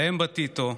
ראם בטיטו,